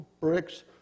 bricks